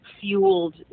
fueled